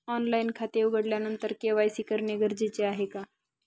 Online खाते उघडल्यानंतर KYC करणे गरजेचे आहे का?